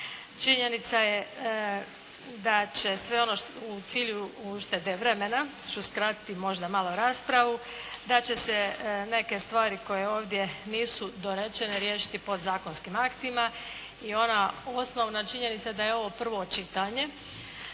Činjenica je da će se, ono u cilju uštede vremena ću skratiti možda malo raspravu. Da će se neke stvari koje ovdje nisu dorečene riješiti podzakonskim aktima i ona osnovna činjenica da je ovo prvo čitanje,